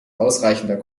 ausreichender